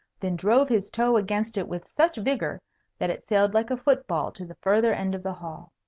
then drove his toe against it with such vigour that it sailed like a foot-ball to the farther end of the hall.